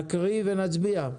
נקריא ונצביע,